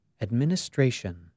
administration